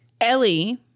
Ellie